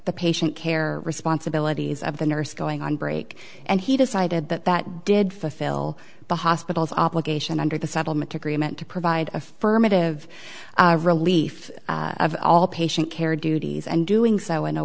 the patient care responsibilities of the nurse going on break and he decided that that did fulfill the hospital's obligation under the settlement agreement to provide affirmative relief of all patient care duties and doing so in a